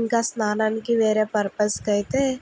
ఇంకా స్నానానికి వేరే పర్పస్ కి అయితే